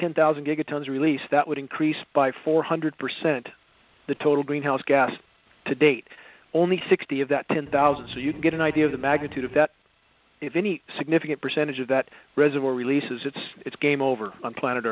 ten thousand gigatons release that would increase by four hundred percent the total greenhouse gas to date only sixty of that ten thousand so you can get an idea of the magnitude of that if any significant percentage of that reservoir releases it's it's game over on planet